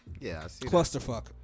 clusterfuck